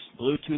Bluetooth